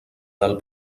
del